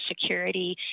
Security